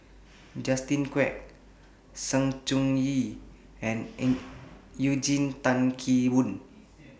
Justin Quek Sng Choon Yee and Eugene Tan Kheng Boon